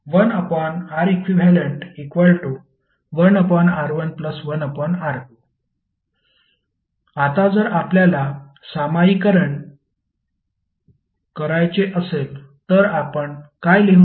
तर 1Req1R11R2 आता जर आपल्याला सामान्यीकरण करायचे असेल तर आपण काय लिहू